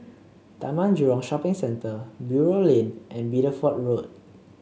Taman Jurong Shopping Centre Buroh Lane and Bideford Road